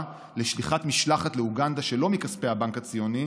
לשליחת משלחת לאוגנדה שלא מכספי הבנק הציוני,